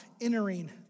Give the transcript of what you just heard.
entering